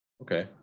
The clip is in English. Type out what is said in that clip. okay